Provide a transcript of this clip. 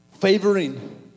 Favoring